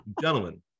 gentlemen